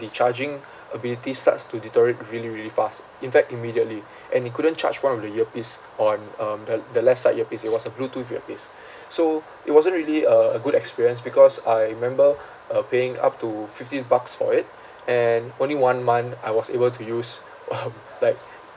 the charging ability starts to deteriorate really really fast in fact immediately and it couldn't charge one of the earpiece on um the the left side earpiece it was a bluetooth earpiece so it wasn't really a a good experience because I remember uh paying up to fifteen bucks for it and only one month I was able to use like